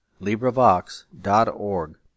LibriVox.org